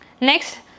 next